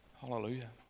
Hallelujah